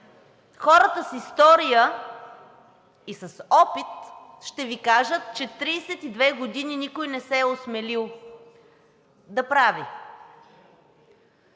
хората с история и с опит ще Ви кажат, че 32 години никой не се е осмелил да прави